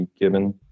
given